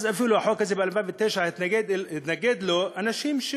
אז החוק הזה מ-2009 התנגדו לו אנשים,